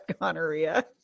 gonorrhea